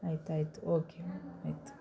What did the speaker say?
ಆಯ್ತು ಆಯ್ತು ಓಕೆ ಆಯ್ತು